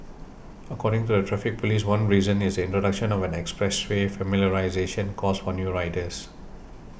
according to the Traffic Police one reason is the introduction of an expressway familiarisation course for new riders